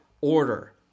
order